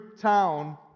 town